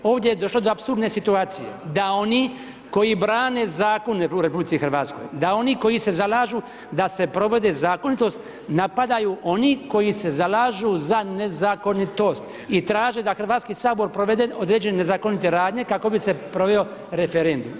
Ovdje je došlo do apsurdne situacije, da oni koji brane zakone u RH, da oni koji su zalažu, da se provode zakonitost, napadaju oni koji se zalažu za nezakonitost i traže da Hrvatski sabor provede određene zakonite radnje, kako bi se proveo referendum.